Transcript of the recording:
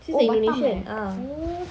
oh batam eh oh